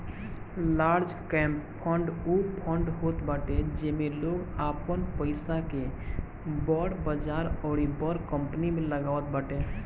large cap fund उ fund होत बाटे जेमे लोग आपन पईसा के बड़ बजार अउरी बड़ कंपनी में लगावत बाटे